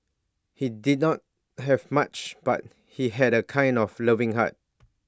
he did not have much but he had A kind of loving heart